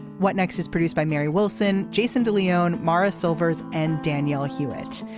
what next is produced by marie wilson jason de leon morris silvers and daniella hewitt.